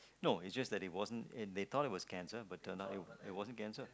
no it just that it wasn't they they thought that it was cancer but turns out it it wasn't cancer